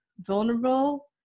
vulnerable